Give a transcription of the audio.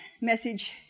Message